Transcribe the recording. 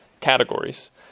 categories